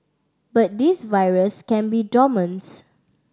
but this virus can be dormants